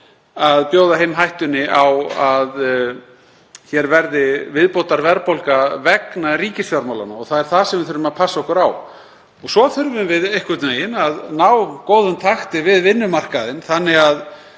að bjóða heim hættunni á að hér verði viðbótarverðbólga vegna ríkisfjármálanna. Það er það sem við þurfum að passa okkur á. Svo þurfum við einhvern veginn að ná góðum takti við vinnumarkaðinn þannig að